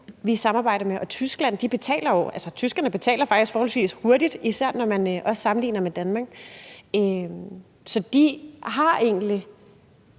vi samarbejder med, altså Tyskland, dvs. tyskerne, faktisk betaler forholdsvis hurtigt, især når man sammenligner med Danmark. Så de har egentlig